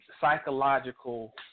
psychological